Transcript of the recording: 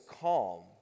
calm